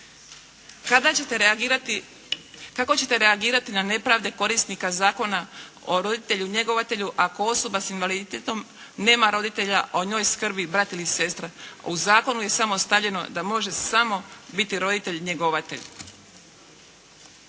kako ćete reagirati na nepravde korisnika zakona o roditelju, njegovatelju ako osoba s invaliditetom nema roditelja a o njoj skrbi brat ili sestra. A u zakonu je samo stavljeno da može samo biti roditelj njegovatelj.